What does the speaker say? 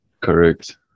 Correct